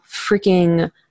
freaking